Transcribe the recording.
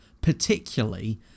particularly